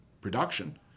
production